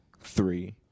three